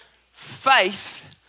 faith